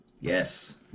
Yes